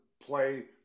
play